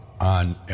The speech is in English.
on